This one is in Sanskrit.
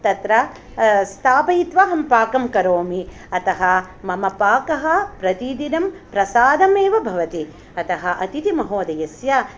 तत्र स्थापयित्वा अहं पाकं करोमि अतः मम पाकः प्रतिदिनं प्रसादम् इव भवति अतः अतितिमहोदयस्य